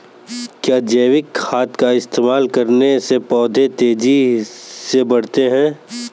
क्या जैविक खाद का इस्तेमाल करने से पौधे तेजी से बढ़ते हैं?